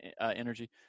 energy